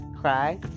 cry